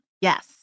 Yes